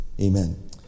Amen